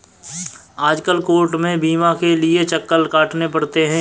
आजकल कोर्ट में बीमा के लिये चक्कर काटने पड़ते हैं